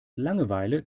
langeweile